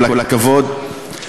כל הכבוד.